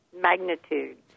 magnitude